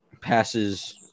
passes